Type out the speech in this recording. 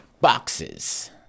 boxes